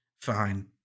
fine